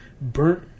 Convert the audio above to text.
burnt